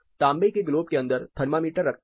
तांबे के ग्लोब के अंदर थर्मामीटर रखते हैं